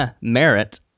merit